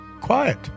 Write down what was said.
quiet